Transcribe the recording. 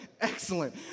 excellent